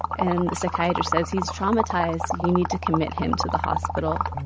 and the psychiatrist says he's traumatized. you need to commit him to the hospital